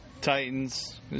Titans